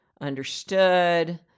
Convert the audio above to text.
understood